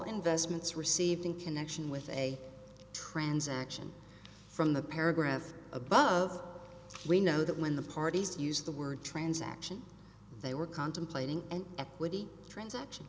investments received in connection with a transaction from the paragraph above we know that when the parties use the word transaction they were contemplating an equity transaction